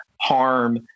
harm